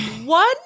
one